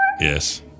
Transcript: Yes